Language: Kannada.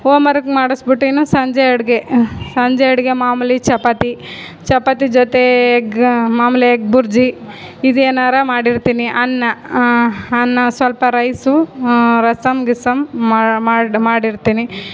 ಓಮ್ ವರ್ಕ್ ಮಾಡಿಸಿಬಿಟ್ಟು ಇನ್ನು ಸಂಜೆ ಅಡುಗೆ ಸಂಜೆ ಅಡುಗೆ ಮಾಮೂಲಿ ಚಪಾತಿ ಚಪಾತಿ ಜೊತೆ ಎಗ್ ಮಾಮೂಲಿ ಎಗ್ ಬುರ್ಜಿ ಇದೇನಾದ್ರು ಮಾಡಿರ್ತೀನಿ ಅನ್ನ ಅನ್ನ ಸ್ವಲ್ಪ ರೈಸು ರಸಂ ಗಿಸಮ್ ಮಾಡಿ ಮಾಡಿರ್ತೀನಿ